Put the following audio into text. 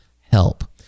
Help